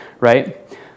right